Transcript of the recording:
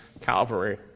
Calvary